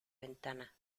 ventana